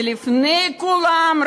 זה לפני כולם,